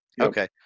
okay